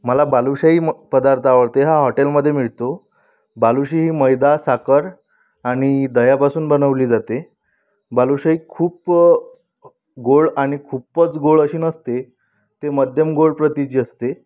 मला बालुशाही म पदार्थ आवडते हा हॉटेलमधे मिळतो बालुशी ही मैदा साखर आणि दह्यापासून बनवली जाते बालुशाही खूप गोड आणि खूपच गोड अशी नसते ते मध्यम गोड प्रतीची असते